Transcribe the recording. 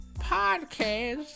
podcast